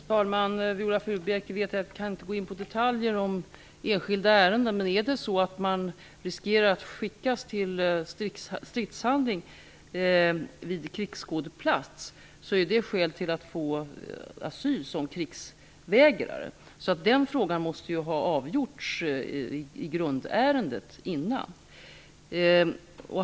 Fru talman! Viola Furubjelke vet att jag inte kan gå in på detaljer i enskilda ärenden. Om man riskerar att skickas till stridshandling vid krigsskådeplats är det ett skäl att få asyl såsom krigsvägrare. Den frågan måste ha avgjorts innan, i grundärendet.